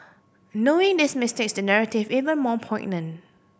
knowing this mistakes the narrative even more poignant